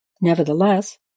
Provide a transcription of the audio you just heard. Nevertheless